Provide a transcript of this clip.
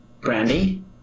Brandy